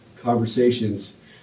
Conversations